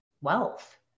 wealth